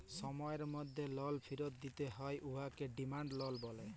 সময়ের মধ্যে লল ফিরত দিতে হ্যয় উয়াকে ডিমাল্ড লল ব্যলে